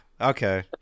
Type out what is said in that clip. Okay